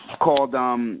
called